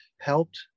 helped